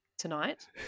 tonight